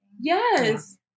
yes